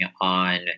on